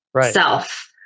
self